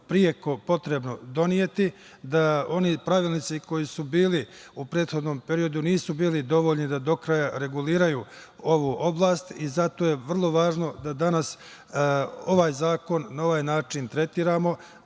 preko potrebno doneti, da oni pravilnici koji su bili u prethodnom periodu nisu bili dovoljni da do kraja regulišu ovu oblast i zato je vrlo važno da danas ovaj zakon na ovaj način tretiramo.